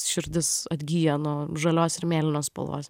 širdis atgyja nuo žalios ir mėlynos spalvos